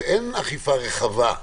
שאין אכיפה רחבה.